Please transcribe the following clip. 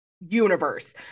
universe